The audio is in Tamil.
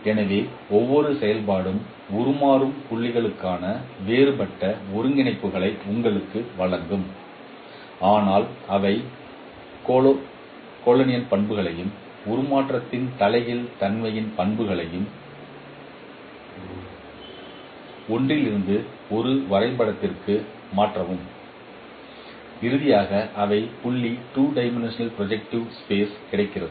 எனவே ஒவ்வொரு செயல்பாடும் உருமாறும் புள்ளிகளுக்கான வேறுபட்ட ஒருங்கிணைப்புகளை உங்களுக்கு வழங்கும் ஆனால் அவை கோலைனரிட்டியின் பண்புகளையும் உருமாற்றத்தின் தலைகீழ் தன்மையின் பண்புகளையும் ஒன்றிலிருந்து ஒரு வரைபடத்திற்கு மாற்றுவதையும் இறுதியாக அவை புள்ளிகள் 2 டி ப்ரொஜெக்ட் ப்ரொஜெக்டிவ் ஸ்பைஸ் கிடக்கின்றன